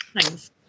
thanks